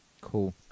Cool